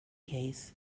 case